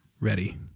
ready